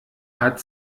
hat